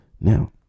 now